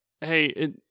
hey